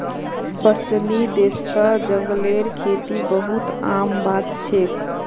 पश्चिमी देशत जंगलेर खेती बहुत आम बात छेक